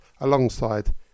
alongside